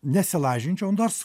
nesilažinčiau nors